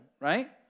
right